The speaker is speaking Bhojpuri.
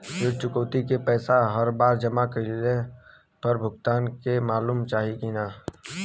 ऋण चुकौती के पैसा हर बार जमा कईला पर भुगतान के मालूम चाही की ना?